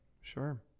Sure